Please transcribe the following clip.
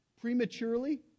prematurely